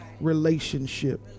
Relationship